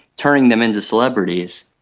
turning them into celebrities.